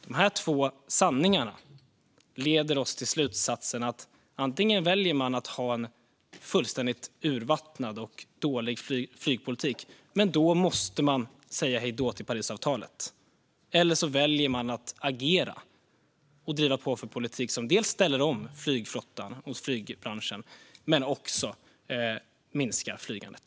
De här två sanningarna leder oss till slutsatsen att man antingen väljer att ha en fullständigt urvattnad och dålig flygpolitik - men då måste man säga hej då till Parisavtalet - eller så väljer man att agera och driva på för politik som ställer om flygflottan och flygbranschen men också minskar flygandet.